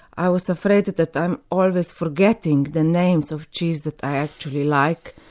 i was afraid that that i'm always forgetting the names of cheeses that i actually like.